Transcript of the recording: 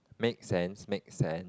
make sense make sense